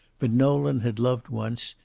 but nolan had loved once,